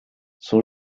son